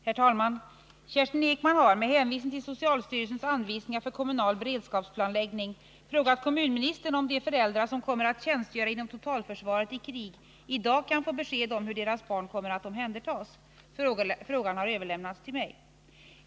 Herr talman! Kerstin Ekman har — med hänvisning till socialstyrelsens anvisningar för kommunal beredskapsplanläggning — frågat kommunministern om de föräldrar som kommer att tjänstgöra inom totalförsvaret i krig i dag kan få besked om hur deras barn kommer att omhändertas. Frågan har överlämnats till mig.